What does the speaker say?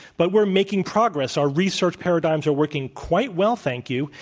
but we're making progress. our research paradigms are working quite well, thank you,